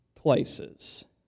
Places